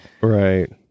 Right